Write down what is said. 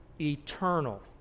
eternal